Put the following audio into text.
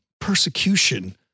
persecution